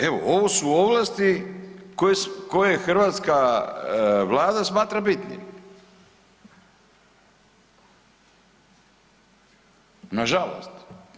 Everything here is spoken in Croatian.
Evo ovo su ovlasti koje hrvatska Vlada smatra bitnim, nažalost.